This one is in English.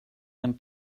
and